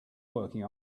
working